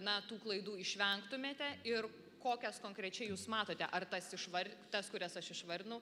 na tų klaidų išvengtumėte ir kokias konkrečiai jūs matote ar tas išvar tas kurias aš išvardinau